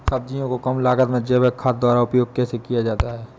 सब्जियों को कम लागत में जैविक खाद द्वारा उपयोग कैसे किया जाता है?